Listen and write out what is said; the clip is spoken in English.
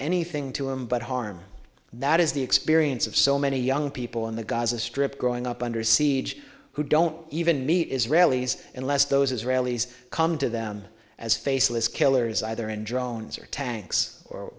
anything to him but harm that is the experience of so many young people in the gaza strip growing up under siege who don't even meet israelis unless those israelis come to them as faceless killers either in drones or tanks or